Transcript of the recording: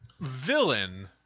villain